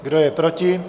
Kdo je proti?